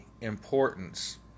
Importance